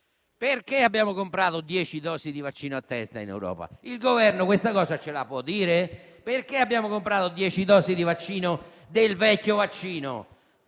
Perché abbiamo comprato dieci dosi di vaccino a testa in Europa? Il Governo questa cosa ce la può dire? Perché abbiamo comprato dieci dosi del vecchio vaccino?